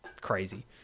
crazy